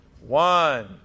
one